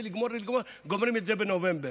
וגומרים את זה בנובמבר.